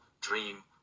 dream